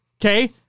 Okay